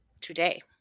today